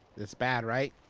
that's bad, right?